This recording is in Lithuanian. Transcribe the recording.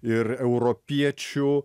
ir europiečių